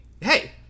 Hey